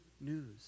news